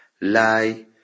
lie